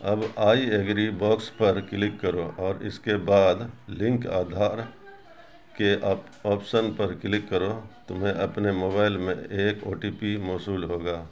اب I agree box پر click کرو اور اس کے بعد لنک آدھار کے آپ آپشن پر کلک کرو تمہیں اپنے موبائل میں ایک او ٹی پی موصول ہو گا